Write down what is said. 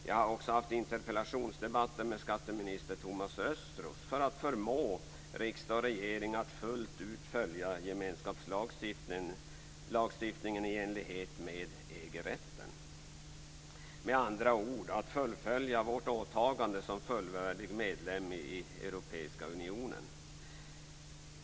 Jag har också haft interpellationsdebatter med skatteminister Thomas Östros för att förmå riksdag och regering att fullt ut följa gemenskapslagstiftningen i enlighet med EG rätten - med andra ord att fullfölja vårt åtagande som fullvärdig medlem i Europeiska unionen.